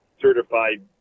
certified